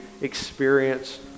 experience